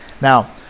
Now